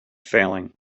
failing